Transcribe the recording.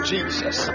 Jesus